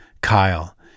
Kyle